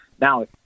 Now